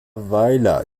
weiler